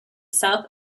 south